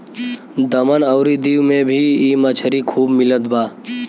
दमन अउरी दीव में भी इ मछरी खूब मिलत बा